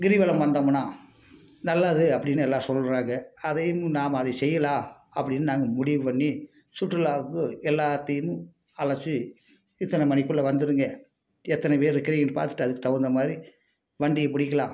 கிரிவலம் வந்தமுன்னா நல்லது அப்படின்னு எல்லார் சொல்கிறாங்க அதையும் நாம் அதை செய்யலாம் அப்படினு நாங்கள் முடிவு பண்ணி சுற்றுலாவுக்கு எல்லாத்தையும் அழைச்சு இத்தனை மணிக்குள்ள வந்துடுங்க எத்தனை பேர் இருக்குகிறீங்கன்னு பார்த்துட்டு அதுக்கு தகுந்தமாரி வண்டியை பிடிக்கலாம்